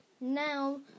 Now